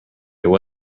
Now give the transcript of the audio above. there